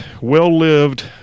well-lived